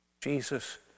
Jesus